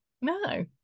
no